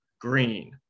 green